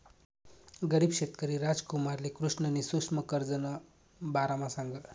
गरीब शेतकरी रामकुमारले कृष्णनी सुक्ष्म कर्जना बारामा सांगं